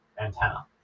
antenna